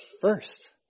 first